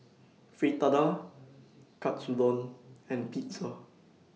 Fritada Katsudon and Pizza